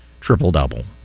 triple-double